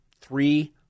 three